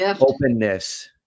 openness